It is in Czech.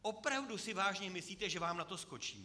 Opravdu si vážně myslíte, že vám na to skočíme?